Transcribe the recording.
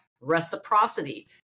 reciprocity